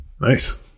Nice